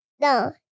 No